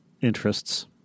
Interests